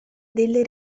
delle